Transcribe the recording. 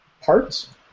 Parts